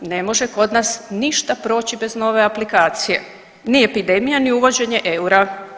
Ne može kod nas ništa proći bez nove aplikacije, ni epidemija, ni uvođenje eura.